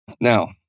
Now